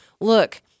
look